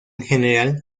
general